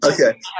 Okay